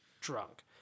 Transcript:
drunk